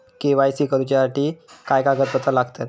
KYC करूच्यासाठी काय कागदपत्रा लागतत?